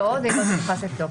48 שעות בהארכה של תוקף.